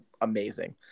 amazing